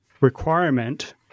requirement